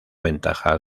ventaja